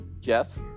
Jess